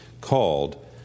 called